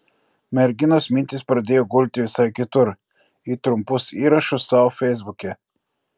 merginos mintys pradėjo gulti visai kitur į trumpus įrašus sau feisbuke